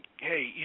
hey